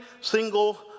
single